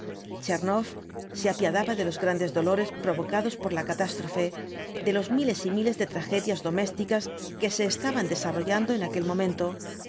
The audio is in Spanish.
tchernoff se apiadaba de los grandes dolores provocados por la catástrofe de los miles y miles de tragedias domésticas que se estaban desarrollando en aquel momento